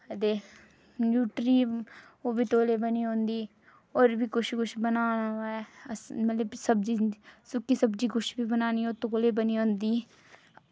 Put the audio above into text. ते न्यूट्री ओह्बी तौले बनी जंदी होर बी कुछ कुछ बनाना होऐ मतलब सब्ज़ी भी सुक्की सब्ज़ी कुछ बी बनाना होऐ तौले बनी जंदी